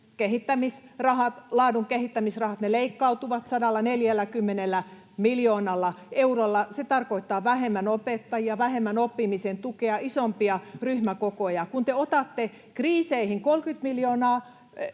laadun kehittämisrahat, leikkautuvat 140 miljoonalla eurolla. Se tarkoittaa vähemmän opettajia, vähemmän oppimisen tukea, isompia ryhmäkokoja. Kun te otatte kriiseihin 30 miljardia